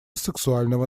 сексуального